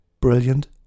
brilliant